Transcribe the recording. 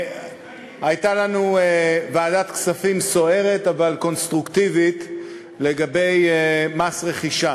הייתה לנו ועדת כספים סוערת אבל קונסטרוקטיבית לגבי מס רכישה.